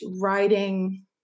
writing